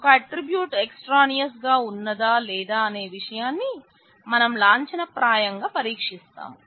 ఒక attribute extraneous గా ఉన్నదా లేదా అనే విషయాన్ని మనం లాంఛనప్రాయంగా పరీక్షిస్తాం